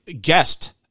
guest